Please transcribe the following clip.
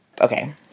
okay